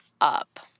up